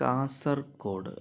Kasaragod